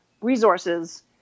resources